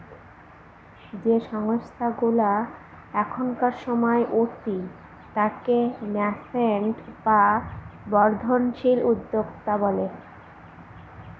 যে সংস্থাগুলা এখনকার সময় উঠতি তাকে ন্যাসেন্ট বা বর্ধনশীল উদ্যোক্তা বলে